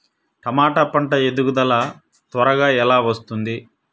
టమాట పంట ఎదుగుదల త్వరగా ఎలా వస్తుంది?